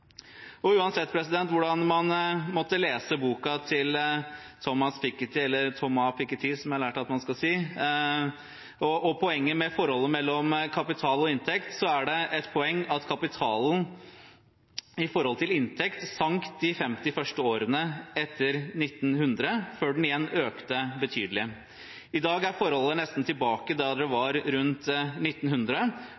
Uansett hvordan man måtte lese boken til Thomas Piketty og poenget med forholdet mellom kapital og inntekt, er det et poeng at kapitalen i forhold til inntekt sank de 50 første årene etter år 1900, før den igjen økte betydelig. I dag er forholdet nesten tilbake der det var rundt år 1900.